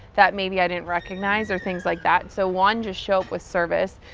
that maybe i didn't recognize, or things like that. so, one, just show up with service.